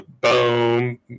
Boom